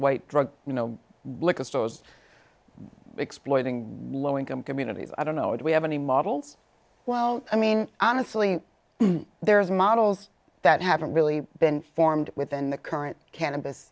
white drug you know little stores exploiting low income communities i don't know if we have any models well i mean honestly there's models that haven't really been formed within the current cannabis